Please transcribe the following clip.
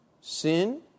sin